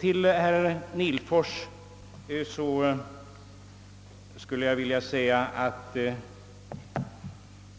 Till herr Nihlfors skulle jag vilja säga att